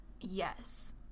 Yes